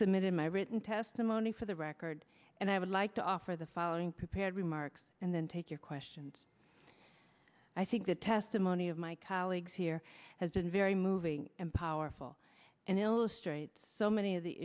submitted my written testimony for the record and i would like to offer the following prepared remarks and then take your questions i think the testimony of my colleagues here has been very moving and powerful and illustrates so many of the